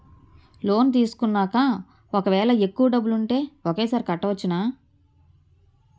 Loan తీసుకున్నాక ఒకవేళ ఎక్కువ డబ్బులు ఉంటే ఒకేసారి కట్టవచ్చున?